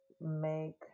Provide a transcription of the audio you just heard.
make